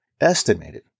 estimated